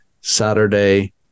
Saturday